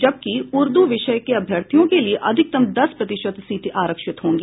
जबकि ऊर्द् विषय के अभ्यर्थियों के लिये अधिकतम दस प्रतिशत सीटें आरक्षित होंगी